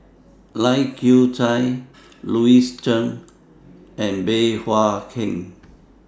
Lai Kew Chai Louis Chen and Bey Hua Heng